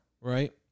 right